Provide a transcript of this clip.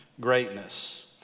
greatness